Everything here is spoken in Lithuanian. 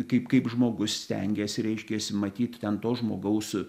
kaip kaip žmogus stengiesi reiškiasi matyt ten to žmogaus